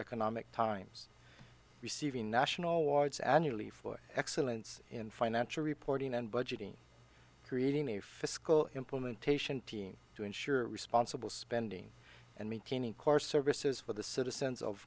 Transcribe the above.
economic times receiving national awards annually for excellence in financial reporting and budgeting creating a fiscal implementation team to ensure sponsible spending and maintaining core services for the citizens of